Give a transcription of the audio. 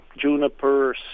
juniper